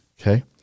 Okay